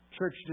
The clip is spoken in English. church